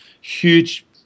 huge